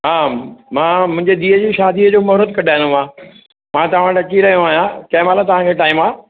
हा मां मुंहिंजी धीउ जी शादीअ जो मोहरत कढाइणो आहे मां तव्हां वटि अची रहियो आयां कंहिं महिल तव्हांखे टाइम आहे